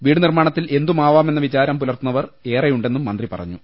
വീടുനിർമ്മാണത്തിൽ എന്തുമാവാമെന്ന വിചാരം പുലർത്തുന്നവർ ഏറെയുണ്ടെന്നും മന്ത്രി പറഞ്ഞു